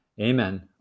Amen